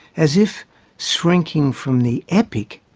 as if shrinking from the epic,